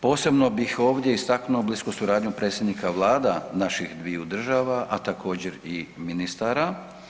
Posebno bih ovdje istaknuo blisku suradnju predsjednika vlada naših dviju država, a također i ministara.